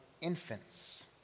infants